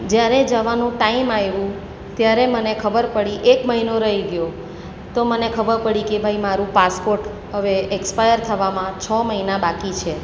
જ્યારે જવાનું ટાઈમ આઇવો ત્યારે મને ખબર પડી એક મહિનો રહી ગયો તો મને ખબર પડી કે ભાઈ મારું પાસપોટ હવે એક્સપાયર થવામાં છ મહિના બાકી છે